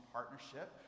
Partnership